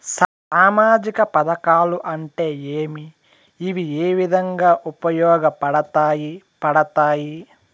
సామాజిక పథకాలు అంటే ఏమి? ఇవి ఏ విధంగా ఉపయోగపడతాయి పడతాయి?